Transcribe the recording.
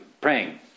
praying